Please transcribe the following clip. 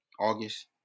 August